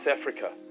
Africa